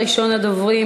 ראשון הדוברים,